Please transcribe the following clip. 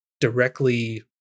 directly